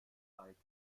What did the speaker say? zeigt